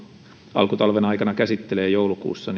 alkutalven aikana joulukuussa